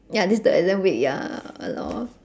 ya this is the exam week ya ah lor